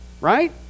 Right